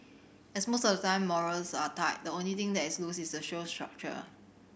as most of the time morals are tight the only thing that is loose is the show's structure